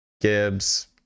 Gibbs